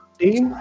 team